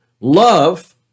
love